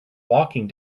walking